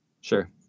sure